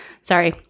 Sorry